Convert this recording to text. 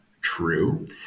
true